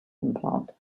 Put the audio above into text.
implant